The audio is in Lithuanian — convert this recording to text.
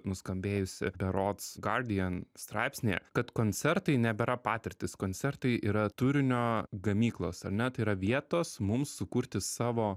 nuskambėjusi berods gardijan straipsnyje kad koncertai nebėra patirtys koncertai yra turinio gamyklos ar ne tai yra vietos mums sukurti savo